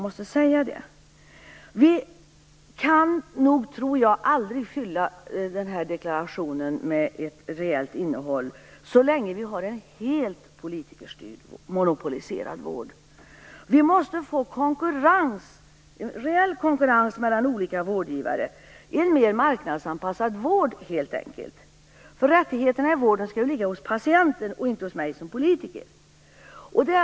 Vi kan nog aldrig fylla den här deklarationen med ett reellt innehåll så länge vi har en helt politikerstyrd och monopoliserad vård. Vi måste få en reell konkurrens mellan olika vårdgivare - en mer marknadsanpassad vård helt enkelt. Rättigheterna i vården skall ligga hos patienten och inte hos mig som politiker.